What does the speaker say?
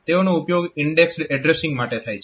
તેઓનો ઉપયોગ indexed addressing માટે થાય છે